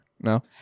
no